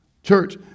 Church